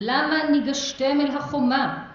למה ניגשתם אל החומה?